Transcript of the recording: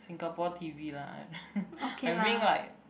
Singapore T_V lah I mean like